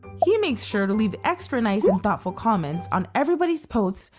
he makes sure to leave extra nice and thoughtful comments on everybody's posts,